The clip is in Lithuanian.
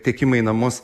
tiekimą į namus